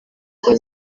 kuba